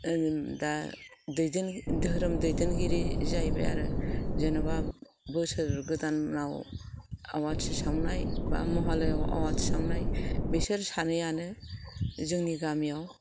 दा धोरोम दैदेनगिरि जाहैबाय आरो जेनेबा बोसोर गोदानाव आवाथि सावनाय बा महालयाआव आवाथि सावनाय बिसोर सानैयानो जोंनि गामिआव